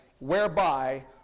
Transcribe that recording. whereby